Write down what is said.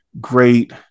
great